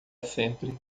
sempre